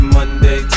Monday